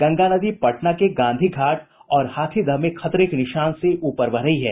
गंगा नदी पटना के गांधी घाट और हाथीदह में खतरे के निशान से ऊपर बह रही है